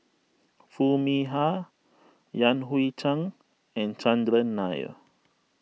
Foo Mee Har Yan Hui Chang and Chandran Nair